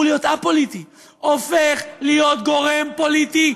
להיות א-פוליטי הופך להיות גורם פוליטי,